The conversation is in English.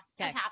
Okay